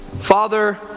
father